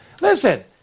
Listen